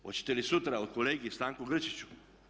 Hoćete li sutra o kolegi Stanku Grčiću?